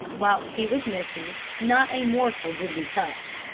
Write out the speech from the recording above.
whilst he was missing, not a morsel did we touch,